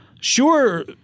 Sure